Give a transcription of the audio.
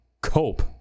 cope